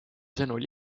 sõnul